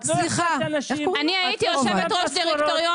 את לא ייצגת אנשים, את לא שילמת משכורות.